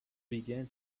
began